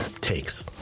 takes